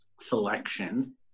selection